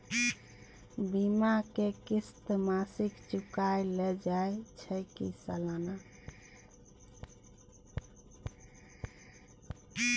बीमा के किस्त मासिक चुकायल जाए छै की सालाना?